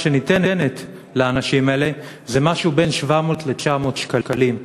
שניתנת לאנשים האלה זה משהו בין 700 ל-900 שקלים.